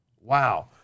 Wow